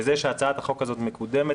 וזה שהצעת החוק הזאת מקודמת,